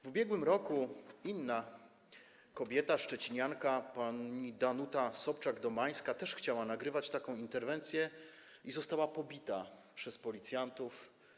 W ubiegłym roku inna kobieta, szczecinianka, pani Danuta Sobczak-Domańska też chciała nagrywać taką interwencję i została pobita przez policjantów.